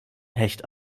hecht